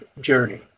journey